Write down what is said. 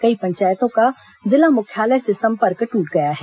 कई पंचायतों का जिला मुख्यालय से संपर्क ट्रट गया है